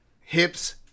hips